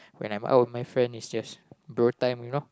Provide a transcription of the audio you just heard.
when I'm out with my friend it's just bro time you know